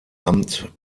amt